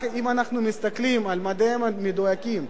אם רק מסתכלים על המדעים המדויקים,